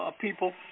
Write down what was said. people